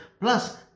Plus